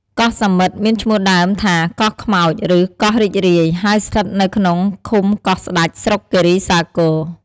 កោះសាមិត្ត មានឈ្មោះដើមថា "កោះខ្មោច" ឬ "កោះរីករាយ" ហើយស្ថិតនៅក្នុងឃុំកោះស្តេច ស្រុកគិរីសាគរ។